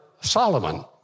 Solomon